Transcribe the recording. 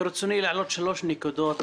ברצוני להעלות שלוש נקודות